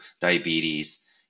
diabetes